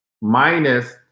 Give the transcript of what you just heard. minus